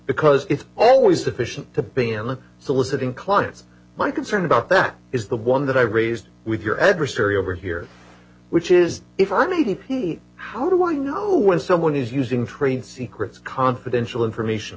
because it's always efficient to ban soliciting clients my concern about that is the one that i raised with your adversary over here which is if i'm a d p how do i know when someone is using trade secrets confidential information